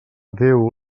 déu